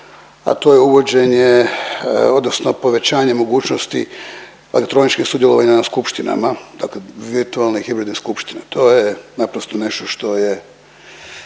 a to je uvođenje odnosno povećanje mogućnosti elektroničkih sudjelovanja na skupštinama, dakle virtualne i hibridne skupštine. To je naprosto nešto što je